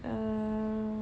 err